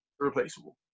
irreplaceable